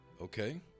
okay